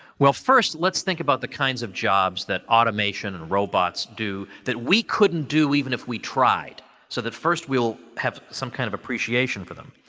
well, first, let's think about the kinds of jobs that automation and robots do that we couldn't do even if we tried, so that first we'll have some kind of appreciation for them.